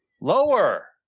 Lower